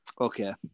Okay